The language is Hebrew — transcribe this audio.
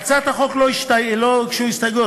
להצעת החוק לא הוגשו הסתייגויות.